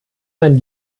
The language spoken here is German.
man